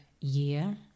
year